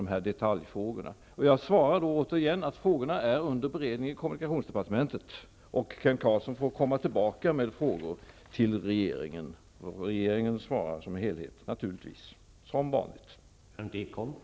Jag svarar återigen att dessa frågor är under beredning i kommunikationsdepartementet. Kent Carlsson får komma tillbaka med frågor till regeringen, och regeringen svarar naturligtvis som vanligt som en helhet.